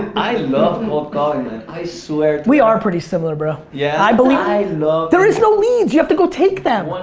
i love and cold calling, man. i swear. we are pretty similar, bro. yeah? i believe i love there is no leads, you have to go take them. one